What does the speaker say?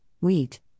wheat